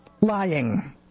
lying